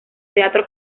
teatro